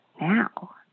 now